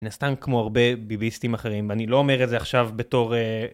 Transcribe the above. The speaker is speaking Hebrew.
מן הסתם כמו הרבה ביביסטים אחרים ואני לא אומר את זה עכשיו בתור.